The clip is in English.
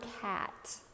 cat